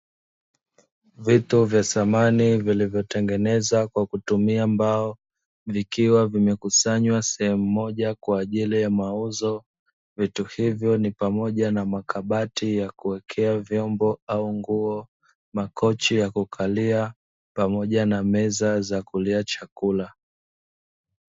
Vitu vya samani vilivyotengenezwa kwa kutumia mbao, vikiwa vimekusanywa sehemu moja kwa ajili ya mauzo. Vitu hivyo ni pamoja na makabati ya kuwekea vyombo au nguo, makochi ya kukalia pamoja na meza za kulia chakula.